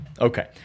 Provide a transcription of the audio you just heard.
Okay